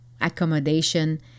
accommodation